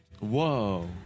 Whoa